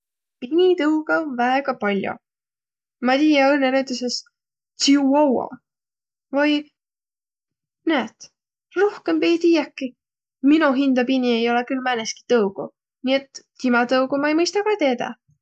Pinitõugõ om väega pall'o. Ma tiiä õnnõ näütüses tsiuaua. Näet, rohkõmb ei tiiäkiq. Mino hindä pini ei olõq külh määnestki tõugu. Nii et timä tõugu ma ei mõistaq ka teedäq.